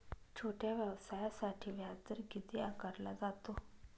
छोट्या व्यवसायासाठी व्याजदर किती आकारला जातो?